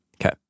Okay